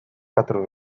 quatre